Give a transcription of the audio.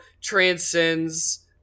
transcends